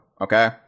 Okay